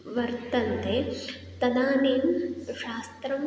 वर्तन्ते तदानीं शास्त्रम्